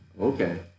Okay